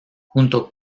junto